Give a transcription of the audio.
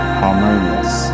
harmonious